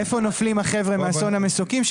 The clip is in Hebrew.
איפה נופלים החבר'ה מאסון המסוקים,